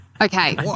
Okay